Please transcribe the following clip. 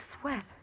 sweat